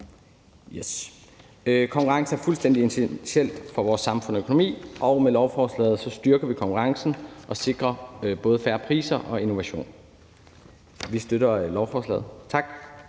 Konkurrence er fuldstændig essentielt for vores samfund og økonomi, og med lovforslaget styrker vi konkurrencen og sikrer både fair priser og innovation. Moderaterne støtter lovforslaget. Tak.